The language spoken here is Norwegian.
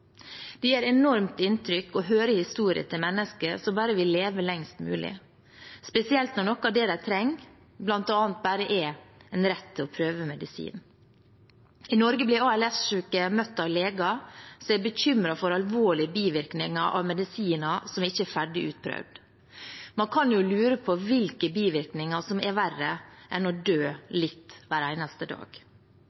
Det gjør enormt inntrykk å høre historiene til mennesker som bare vil leve lengst mulig, spesielt når noe av det de trenger, bare er en rett til å prøve medisin. I Norge blir ALS-syke møtt av leger som er bekymret for alvorlige bivirkninger av medisiner som ikke er ferdig utprøvd. Man kan jo lure på hvilke bivirkninger som er verre enn å dø